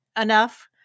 enough